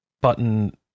button